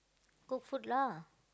cook food lah